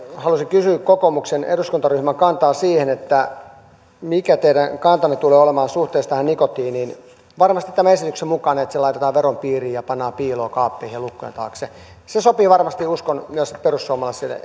haluaisin kysyä kokoomuksen eduskuntaryhmän kantaa siihen mikä teidän kantanne tulee olemaan suhteessa tähän nikotiiniin varmasti tämän esityksen mukaan että se laitetaan veron piirin ja pannaan piiloon kaappiin ja lukkojen taakse se sopii varmasti uskon myös perussuomalaisille